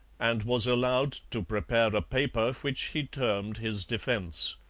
and was allowed to prepare a paper which he termed his defence.